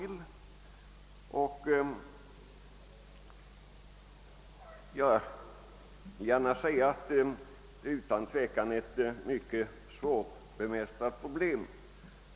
De här aktuella svårigheterna är mycket svårbemästrade.